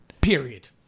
Period